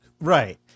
Right